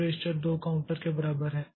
तो register 2 counter के बराबर है